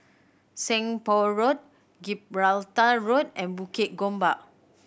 Seng Poh Road Gibraltar Road and Bukit Gombak